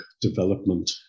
development